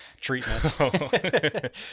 treatment